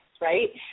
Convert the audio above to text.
right